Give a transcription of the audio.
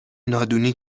نادونی